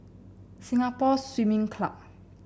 Singapore Swimming Club